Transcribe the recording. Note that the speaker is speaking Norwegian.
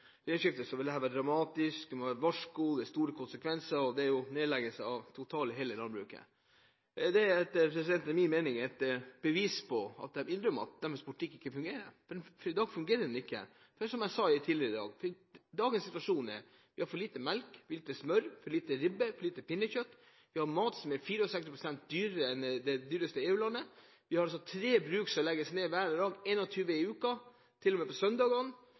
store konsekvenser, og det er nedleggelse av hele landbruket. Det er etter min mening et bevis på at de innrømmer at deres politikk ikke fungerer, for i dag fungerer den ikke. Men, som jeg sa tidligere i dag: Dagens situasjon er at vi har for lite melk, for lite smør, for lite ribbe, for lite pinnekjøtt, vi har mat som er 64 pst. dyrere enn det dyreste EU-landet. Vi har altså tre bruk som legges ned hver dag – 21 i uken, til og med på